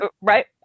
right